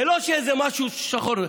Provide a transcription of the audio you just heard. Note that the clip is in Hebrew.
זה לא איזה משהו שחור,